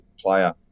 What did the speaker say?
player